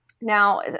Now